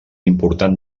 important